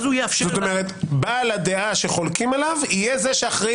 כלומר בעל הדעה שחולקים עליו יהיה זה שאחראי